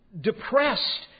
depressed